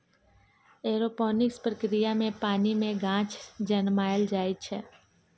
aeroponics प्रक्रिया मे पानि मे गाछ जनमाएल जाइ छै